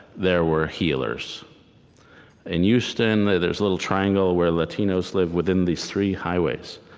there were healers in houston, there's a little triangle where latinos live within these three highways,